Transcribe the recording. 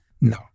No